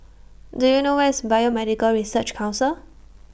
Do YOU know Where IS Biomedical Research Council